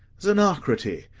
zenocrate,